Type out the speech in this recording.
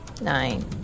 Nine